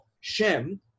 Shem